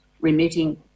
remitting